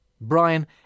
Brian